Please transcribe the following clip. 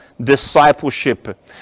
discipleship